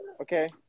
okay